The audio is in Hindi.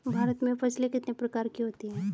भारत में फसलें कितने प्रकार की होती हैं?